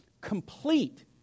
complete